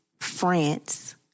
France